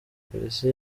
polisi